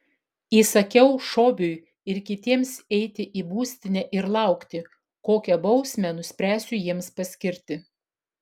įsakiau šobiui ir kitiems eiti į būstinę ir laukti kokią bausmę nuspręsiu jiems paskirti